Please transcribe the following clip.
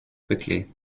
quickly